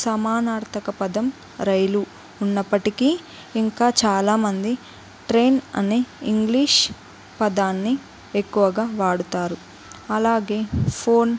సమానార్థక పదం రైలు ఉన్నప్పటికి ఇంకా చాలామంది ట్రైన్ అనే ఇంగ్లీష్ పదాన్ని ఎక్కువగా వాడుతారు అలాగే ఫోన్